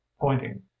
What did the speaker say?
pointing